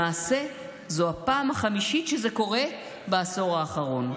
למעשה זו הפעם החמישית שזה קורה בעשור האחרון.